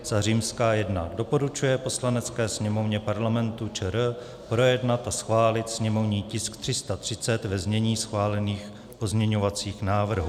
I. doporučuje Poslanecké sněmovně Parlamentu ČR projednat a schválit sněmovní tisk 330 ve znění schválených pozměňovacích návrhů: